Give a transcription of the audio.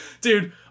dude